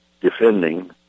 defending